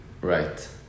Right